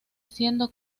siendo